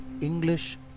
English